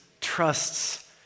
trusts